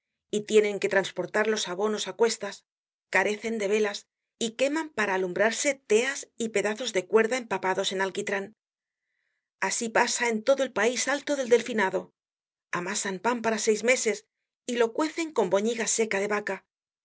y tienen que trasportar los abonos á cuestas carecen de velas y queman para alumbrarse teas y pedazos de cuerda empapados en alquitran así pasa en todo el pais alto del delfinado amasan pan para seis meses y lo cuecen con boñiga seca de vaca en